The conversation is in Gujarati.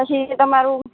પછી તમારું